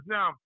Now